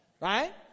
right